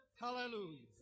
Hallelujah